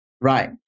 Right